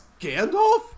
Gandalf